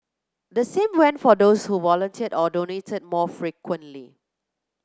the same went for those who volunteered or donated more frequently